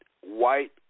white